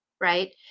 Right